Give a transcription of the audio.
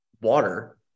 water